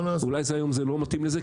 אולי היום זה לא מתאים לזה,